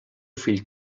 fill